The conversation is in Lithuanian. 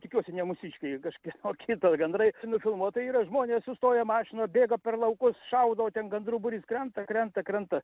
tikiuosi ne mūsiškiai kažkieno kito gandrai nufilmuota yra žmonės sustoja mašinos bėga per laukus šaudo o ten gandrų būrys krenta krenta krenta